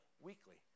weekly